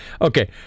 okay